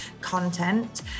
content